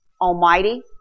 Almighty